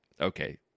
okay